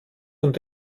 und